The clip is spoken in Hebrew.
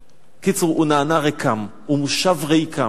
בקיצור, הוא נענה ריקם, הוא מושב ריקם.